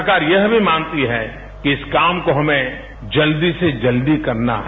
सरकार यह भी मानती है कि इस काम को हमें जल्दी से जल्दी करना है